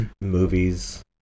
movies